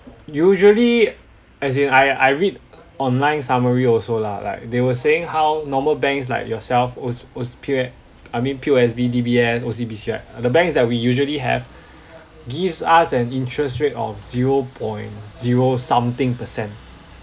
usually as in I I read online summary also lah like they were saying how normal banks like yourself O_C O_C P_O I mean P_O_S_B D_B_S O_C_B_C right uh the banks that we usually have gives us an interest rate of zero point zero something percent